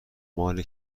مال